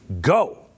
Go